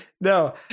No